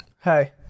Hi